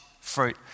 fruit